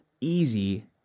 easy